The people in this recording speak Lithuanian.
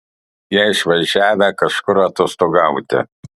jie išvažiavę kažkur atostogauti